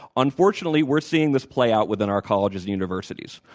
unfortunately, we're seeing this pl ay out within our colleges and universities.